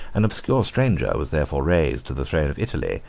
an obscure stranger was therefore raised to the throne of italy,